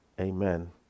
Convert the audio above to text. amen